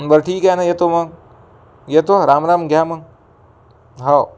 बर ठीक आहे ना येतो मग येतो हं राम राम घ्या मग हो